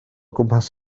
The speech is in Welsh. gwmpas